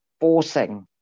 forcing